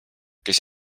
kes